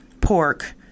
pork